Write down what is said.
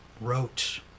wrote